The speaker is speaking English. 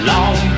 Long